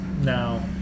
Now